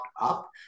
up